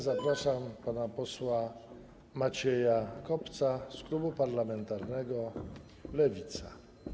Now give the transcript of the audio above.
Zapraszam pana posła Macieja Kopca z klubu parlamentarnego Lewica.